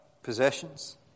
possessions